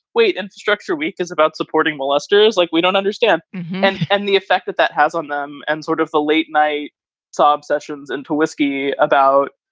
wait, infrastructure week is about supporting molesters like we don't understand and and the effect that that has on them and sort of the late night sob sessions into wisky about.